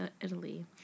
Italy